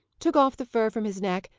took off the fur from his neck,